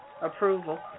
approval